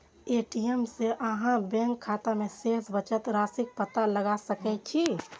ATM सं अहां bank खाता मे शेष बचल राशिक पता लगा सकै छी